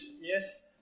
yes